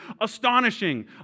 astonishing